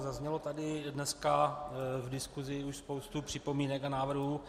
Zazněla tady dneska v diskusi už spousta připomínek a návrhů.